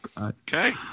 Okay